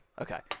Okay